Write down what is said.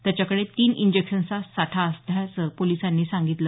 त्याच्याकडे तीन इंजेक्शन्सचा साठा आढळल्याचं पोलिसांनी सांगितलं